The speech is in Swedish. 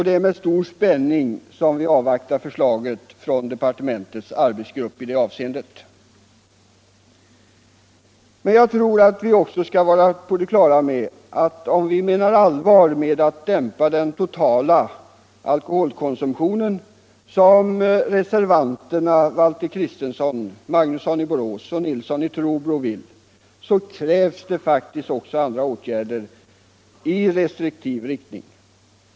Det är med stor spänning som vi avvaktar förslaget från departementets arbetsgrupp i det avseendet. Men jag tror att vi också skall vara på det klara med att om vi menar allvar med att dämpa den totala alkoholkonsumtionen, som t.ex. reservanterna Kristenson, Magnusson i Borås och Nilsson i Trobro vill, då krävs det åtgärder i restriktiv riktning.